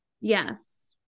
Yes